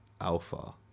alpha